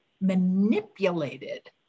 manipulated